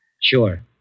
Sure